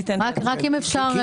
אם אפשר,